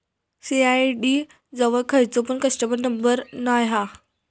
CRED जवळ खयचो पण कस्टमर केयर नंबर नाय हा